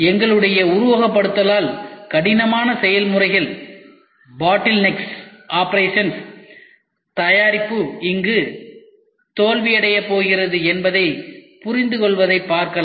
எங்களுடைய உருவகப்படுத்துதலால் கடினமான செயல் முறைகள் தயாரிப்பு எங்கு தோல்வியடையப் போகிறது என்பதைப் புரிந்துகொள்வதைப் பார்க்கலாம்